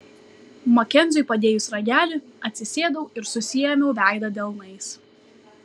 makenziui padėjus ragelį atsisėdau ir susiėmiau veidą delnais